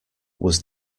was